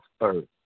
third